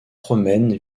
romaine